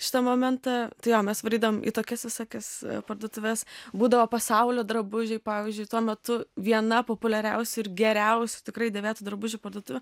šitą momentą tai jo mes varydavom į tokias visokias parduotuves būdavo pasaulio drabužiai pavyzdžiui tuo metu viena populiariausių ir geriausių tikrai dėvėtų drabužių parduotuvių